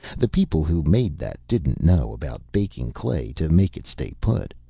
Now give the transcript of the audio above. the people who made that didn't know about baking clay to make it stay put.